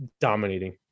dominating